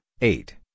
eight